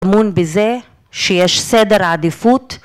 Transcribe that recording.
‫אמון בזה שיש סדר עדיפות.